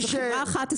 חברה אחת,